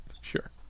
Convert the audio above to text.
sure